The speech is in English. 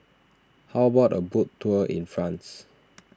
how about a boat tour in France